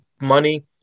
money